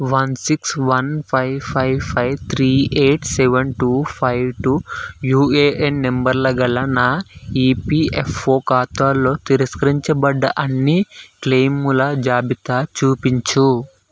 one six one five five five three eight seven two five two UAN నంబర్ల గల నా EPFO ఖాతాల్లో తిరస్కరించబడ్డ అన్ని క్లెయిముల జాబితా చూపించు